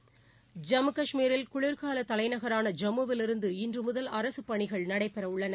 ஐம்மு காஷ்மீரில் குளிர்கால தலைநகரான ஜம்முவிவிருந்து இன்று முதல் அரசுப் பணிகள் நடைபெறவுள்ளன